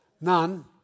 none